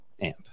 amp